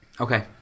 Okay